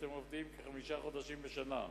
כשאתם עובדים כחמישה חודשים בשנה.